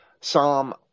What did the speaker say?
Psalm